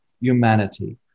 humanity